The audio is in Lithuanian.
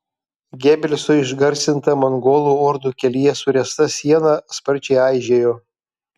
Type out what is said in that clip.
gebelso išgarsinta mongolų ordų kelyje suręsta siena sparčiai aižėjo